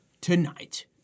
tonight